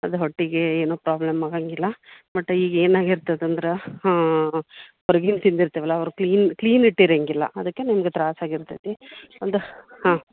ಅದು ಹೊಟ್ಟೆಗೆ ಏನೂ ಪ್ರಾಬ್ಲಮ್ ಆಗೋಂಗಿಲ್ಲ ಬಟ ಈಗ ಏನು ಆಗಿರ್ತದೆ ಅಂದ್ರೆ ಹೊರ್ಗಿಂದು ತಿಂದಿರ್ತೀವಲ್ಲ ಅವ್ರು ಕ್ಲೀನ್ ಕ್ಲೀನ್ ಇಟ್ಟಿರೋಂಗಿಲ್ಲ ಅದಕ್ಕೆ ನಿಮಗೆ ತ್ರಾಸು ಆಗಿರ್ತೇತಿ ಒಂದು ಹಾಂ